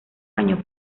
año